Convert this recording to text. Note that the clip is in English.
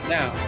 Now